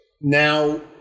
now